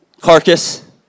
carcass